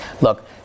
Look